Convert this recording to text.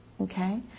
Okay